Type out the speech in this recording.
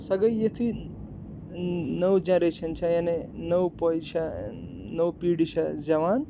سۄا گٔے یُتھُے نٔو جٮ۪نریٚشَن چھَ یعنی نٔو پوٚے نٔو پیٖڈی چھےٚ زٮ۪وان